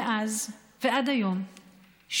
מאז ועד היום,